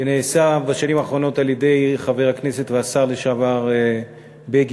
שנעשה בשנים האחרונות על-ידי חבר הכנסת והשר לשעבר בגין,